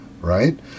right